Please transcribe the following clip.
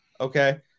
okay